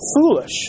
foolish